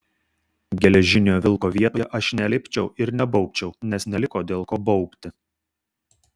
geležinio vilko vietoje aš nelipčiau ir nebaubčiau nes neliko dėl ko baubti